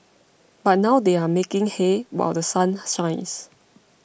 but now they are making hay while The Sun shines